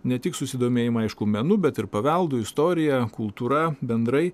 ne tik susidomėjimą aišku menu bet ir paveldu istorija kultūra bendrai